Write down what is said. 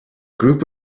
group